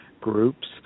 groups